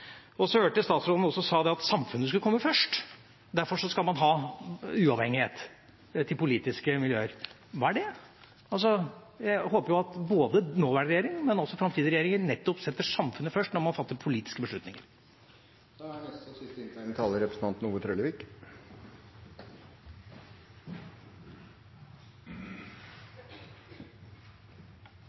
Så hørte jeg statsråden også si at samfunnet skulle komme først, derfor skal man ha uavhengighet til politiske miljøer. Hva er det? Jeg håper at nåværende regjering, men også framtidige regjeringer nettopp setter samfunnet først når man fatter politiske beslutninger. Knut Storberget ser ikkje behovet og